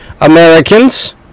Americans